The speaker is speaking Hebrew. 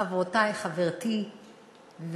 חברותי, חברתי,